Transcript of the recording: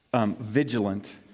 vigilant